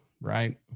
right